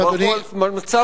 מדובר פה על מצב מסוכן.